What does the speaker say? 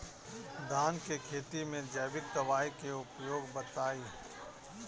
धान के खेती में जैविक दवाई के उपयोग बताइए?